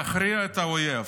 להכריע את האויב,